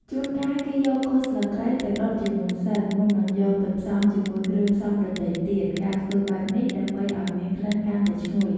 ជួនកាលគេយកគល់ស្លឹកគ្រៃទៅដុតជាមុនសិន មុននឹងយកទៅផ្សំជាមួយគ្រឿងផ្សំដទៃទៀត ការធ្វើបែបនេះដើម្បីឱ្យមានក្លិនកាន់តែឈ្ងុយ។